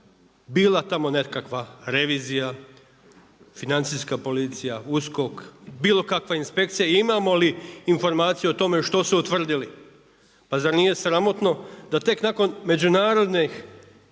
bila tamo nekakva revizija, financija policija, USKOK, bilo kakva inspekcija i imamo li informaciju o tome što su utvrdili. Pa zar nije sramotno da tek nakon međunarodnih